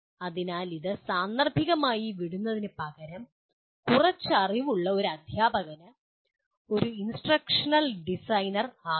അതിനാൽ ഇത് സാന്ദർഭികമായി വിടുന്നതിനു പകരം കുറച്ച് അറിവുള്ള ഒരു അദ്ധ്യാപകന് ഒരു ഇൻസ്ട്രക്ഷണൽ ഡിസൈനർ ആകാം